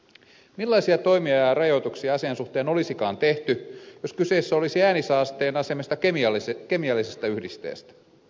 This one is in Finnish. millaisia toimia ja rajoituksia asian suhteen olisikaan tehty jos kyse olisi äänisaasteen asemesta kemiallisesta yhdisteestä